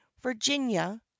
virginia